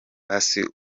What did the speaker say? basi